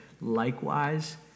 likewise